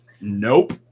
Nope